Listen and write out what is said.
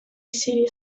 city